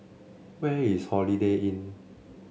where is Holiday Inn